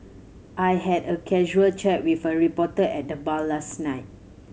I had a casual chat with a reporter at the bar last night